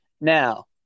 Now